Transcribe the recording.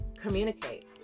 Communicate